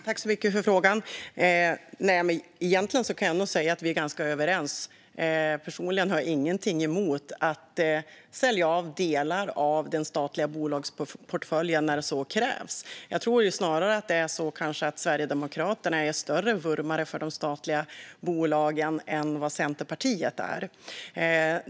Herr talman! Jag tackar så mycket för frågan. Egentligen kan jag nog säga att vi är ganska överens. Personligen har jag ingenting emot att sälja av delar av den statliga bolagsportföljen när så krävs. Jag tror snarare att Sverigedemokraterna kanske är större vurmare för de statliga bolagen än vad Centerpartiet är.